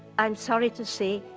i'm sorry to say,